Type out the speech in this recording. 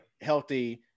healthy